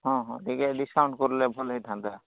ହଁ ହଁ ଟିକେ ଡିସ୍କାଉଣ୍ଟ୍ କରିଲେ ଭଲ ହୋଇଥାନ୍ତା